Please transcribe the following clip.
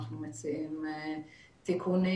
אנחנו מציעים תיקונים,